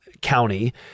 county